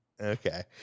Okay